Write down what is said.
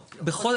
לא,